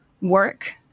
work